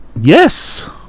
Yes